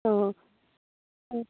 অঁ